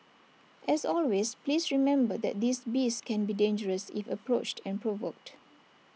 as always please remember that these beasts can be dangerous if approached and provoked